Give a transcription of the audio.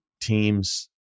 teams